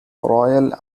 royal